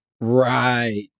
right